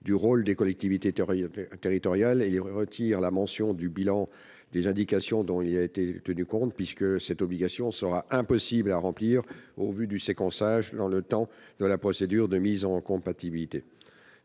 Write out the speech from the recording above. du rôle des collectivités territoriales, d'autre part à retirer la mention du bilan des indications dont il a été tenu compte, puisque cette obligation serait impossible à remplir au vu du séquençage dans le temps de la procédure de mise en compatibilité.